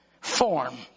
form